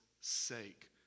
sake